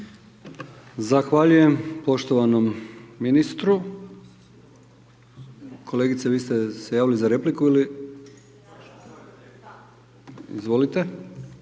Zahvaljujem poštovanom ministru. Kolegice vi ste se javili za repliku ili? Izvolite.